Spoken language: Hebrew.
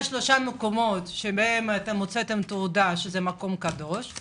יש שלושה מקומות שהוצאתם עליהם תעודה של מקום קדוש.